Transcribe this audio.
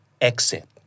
exit